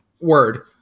Word